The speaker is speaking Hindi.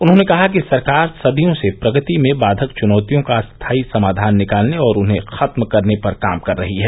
उन्होंने कहा कि सरकार सदियों से प्रगति में बाधक चुनौतियों का स्थाई समाधान निकालने और उन्हें खत्म करने पर काम कर रही है